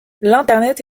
l’internet